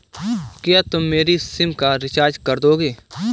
क्या तुम मेरी सिम का रिचार्ज कर दोगे?